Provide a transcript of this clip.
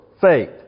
faith